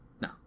No